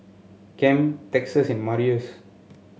Ken Texas and Marius